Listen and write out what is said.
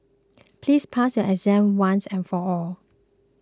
please pass your exam once and for all